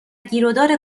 گیرودار